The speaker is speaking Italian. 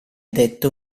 detto